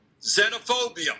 xenophobia